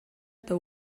eta